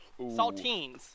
Saltines